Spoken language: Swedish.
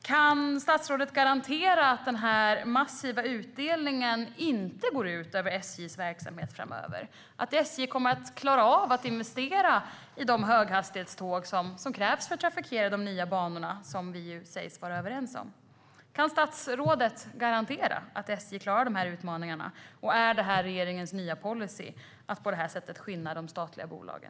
Kan statsrådet garantera att den massiva utdelningen inte går ut över SJ:s verksamhet framöver, att SJ kommer att klara av att investera i de höghastighetståg som krävs för att trafikera de nya banor som vi sägs vara överens om? Kan statsrådet garantera att SJ klarar de här utmaningarna? Är det regeringens nya policy att på det här sättet skinna de statliga bolagen?